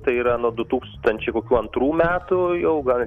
tai yra nuo du tūkstančiai ko antrų metų jau gal